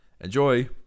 Enjoy